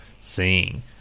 seeing